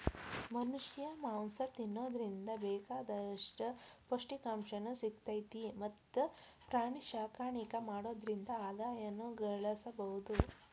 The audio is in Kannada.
ಮನಷ್ಯಾ ಮಾಂಸ ತಿನ್ನೋದ್ರಿಂದ ಬೇಕಾದಂತ ಪೌಷ್ಟಿಕಾಂಶನು ಸಿಗ್ತೇತಿ ಮತ್ತ್ ಪ್ರಾಣಿಸಾಕಾಣಿಕೆ ಮಾಡೋದ್ರಿಂದ ಆದಾಯನು ಗಳಸಬಹುದು